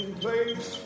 place